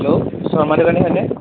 hello Sharma দোকানী হয়নে